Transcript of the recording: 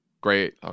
Great